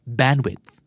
bandwidth